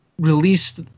released